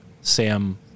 sam